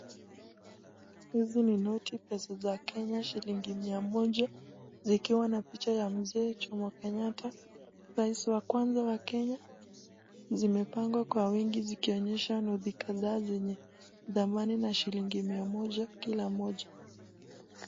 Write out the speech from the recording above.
Hizi ni noti pesa za kenya shilingi mia moja zikiwa na picha ya mzee jomo kenyatta raisi wa kwanza wa kenya zimepangwa kwa uwingi zikionyesha noti kadhaa zenye thamani na shilingi mia moja kila moja.